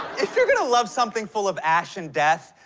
if you're gonna love something full of ash and death,